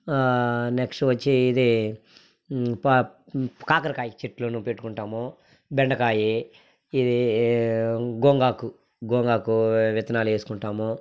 next వచ్చి ఇది ఈ ప కాకరకాయ చెట్లు పెట్టుకుంటాము బెండకాయ ఇది గోంగాకు గోంగాకు విత్తనాలేసుకుంటాము